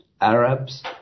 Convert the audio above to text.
arabs